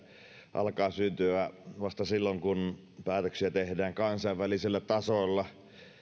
alkaa syntyä vasta silloin kun päätöksiä tehdään kansainvälisellä tasolla